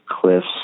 cliffs